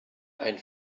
ein